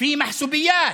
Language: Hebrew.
(אומר בערבית: